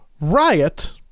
Riot